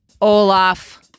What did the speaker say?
Olaf